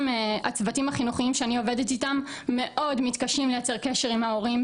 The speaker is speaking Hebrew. הצוותים החינוכיים שאני עובדת איתם מאוד מתקשים לייצר קשר עם ההורים,